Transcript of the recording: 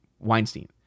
Weinstein